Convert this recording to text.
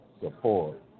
support